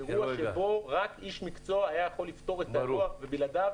זה אירוע שבו רק איש מקצוע היה יכול לפתור את הבעיה ובלעדיו,